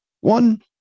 one